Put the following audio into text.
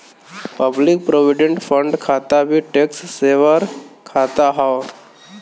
public provident fund खाता भी tax saver खाता हौ